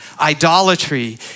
idolatry